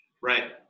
Right